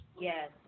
Yes